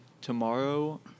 tomorrow